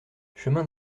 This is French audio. chemin